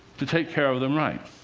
to take care of them right.